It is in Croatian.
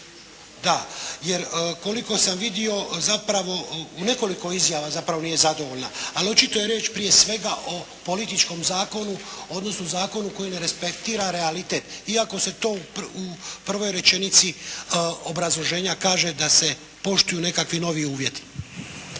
da, jer koliko sam vidio, zapravo u nekoliko izjava, zapravo nije zadovoljna, ali očito je riječ prije svega o političkom zakonu, odnosno zakonu koji ne respektira realitet. Iako se to u prvoj rečenici obrazloženja kaže da se poštuju nekakvi novi uvjeti.